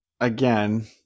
again